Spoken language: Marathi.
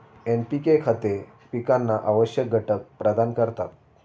एन.पी.के खते पिकांना आवश्यक घटक प्रदान करतात